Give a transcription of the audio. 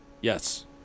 Yes